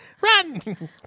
Run